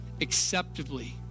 acceptably